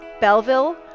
Belleville